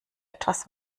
etwas